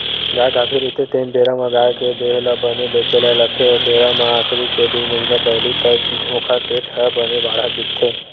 गाय गाभिन रहिथे तेन बेरा म गाय के देहे ल बने देखे ल लागथे ओ बेरा म आखिरी के दू महिना पहिली तक ओखर पेट ह बने बाड़हे दिखथे